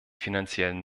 finanziellen